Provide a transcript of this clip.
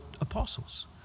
apostles